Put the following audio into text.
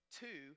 two